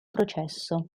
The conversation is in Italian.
processo